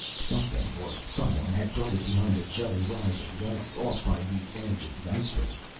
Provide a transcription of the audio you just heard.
something, or someone, had darted behind a jutting rise of the ice, off by the edge of the iceberg.